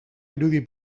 irudi